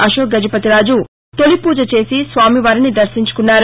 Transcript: అకోక్గజపతిరాజు తొలిపూజ చేసి స్వామివారిని దర్శించుకున్నారు